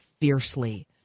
fiercely